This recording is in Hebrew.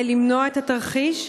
1. מה נעשה כדי למנוע את התרחיש?